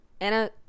Anna